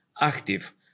active